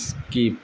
skip